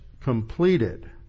completed